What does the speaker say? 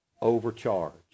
overcharged